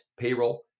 payroll